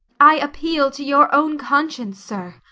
i appeal to your own conscience, sir,